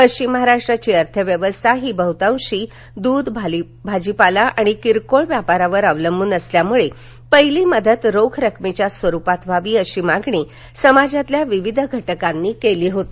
पश्चिम महाराष्ट्राची अर्थव्यवस्था ही बहुतांशी दृध भाजीपाल आणि किरकोळ व्यापारावर अवलंबून असल्यामुळे पहिली मदत रोख रकमेच्या स्वरुपात व्हावी अशी मागणी समाजातील विविध घटकांनी केली होती